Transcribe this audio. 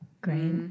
Great